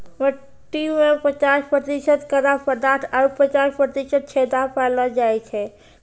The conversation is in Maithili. मट्टी में पचास प्रतिशत कड़ा पदार्थ आरु पचास प्रतिशत छेदा पायलो जाय छै